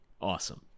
awesome